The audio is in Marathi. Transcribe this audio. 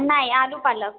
नाही आलू पालक